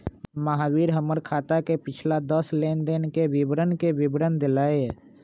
महावीर हमर खाता के पिछला दस लेनदेन के विवरण के विवरण देलय